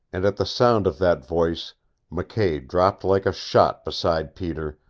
and at the sound of that voice mckay dropped like a shot beside peter,